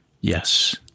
Yes